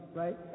right